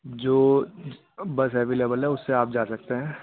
جو bus available ہے اس سے آپ جا سکتے ہیں